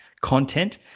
content